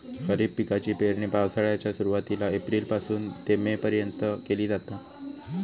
खरीप पिकाची पेरणी पावसाळ्याच्या सुरुवातीला एप्रिल पासून ते मे पर्यंत केली जाता